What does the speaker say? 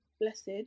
Blessed